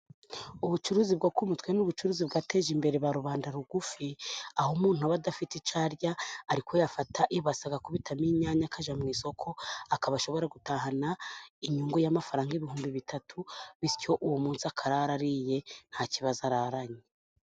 Ubucuruzi bwo ku mutwe ni ubucuruzi bwateje imbere ba rubanda rugufi, aho umuntu aba adafite icyo arya ariko yafata ibase agakubitamo inyanya akajya mu isoko, akaba ashobora gutahana inyungu y'amafaranga ibihumbi bitatu, bityo uwo munsi akarara ariye nta kibazo araranye.